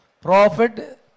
Prophet